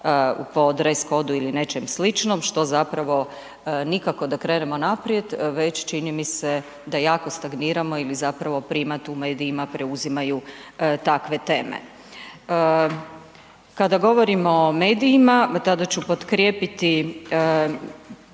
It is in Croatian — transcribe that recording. po dress kodu ili nečem sličnom što zapravo nikako da krenemo naprijed već čini mi se da jako stagniramo ili zapravo primat, u medijima preuzimaju takve teme. Kada govorimo o medijima tada ću potkrijepiti